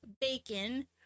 bacon